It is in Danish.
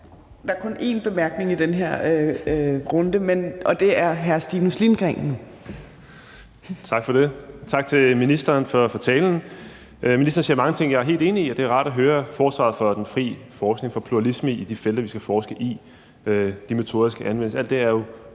én kort bemærkning i den her runde, og nu er det hr. Stinus Lindgreen. Kl. 12:28 Stinus Lindgreen (RV): Tak for det, og tak til ministeren for talen. Ministeren siger mange ting, jeg er helt enig i, og det er rart at høre et forsvar for den fri forskning og for pluralisme i de felter, vi skal forske i, og de metoder, der skal anvendes.